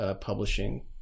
publishing